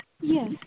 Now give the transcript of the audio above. Yes